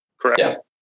Correct